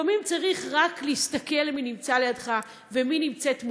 לפעמים צריך רק להסתכל מי נמצא לידךָ ומי נמצאת מולךְ,